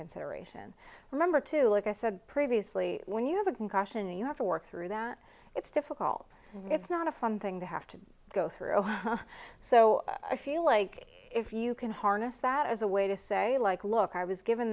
consideration remember too like i said previously when you have a concussion and you have to work through that it's difficult it's not a fun thing to have to go through so i feel like if you can harness that as a way to say like look i was given